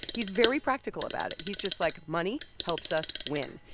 he's very practical about it. he's just like, money helps us win.